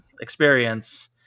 experience